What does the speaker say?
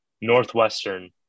Northwestern